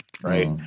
Right